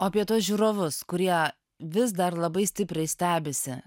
o apie tuos žiūrovus kurie vis dar labai stipriai stebisi